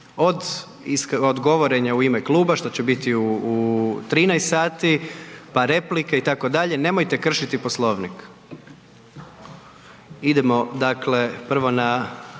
od govorenja u ime kluba, što će biti u 13,00 sati, pa replike, itd., nemojte kršiti Poslovnik. Idemo dakle prvo na